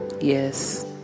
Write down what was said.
Yes